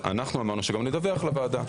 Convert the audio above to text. אמרנו שנדווח לוועדה.